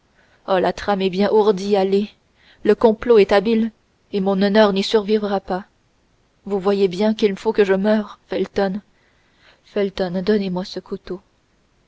la trame est bien ourdie allez le complot est habile et mon honneur n'y survivra pas vous voyez bien qu'il faut que je meure felton felton donnez-moi ce couteau